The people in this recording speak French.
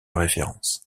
référence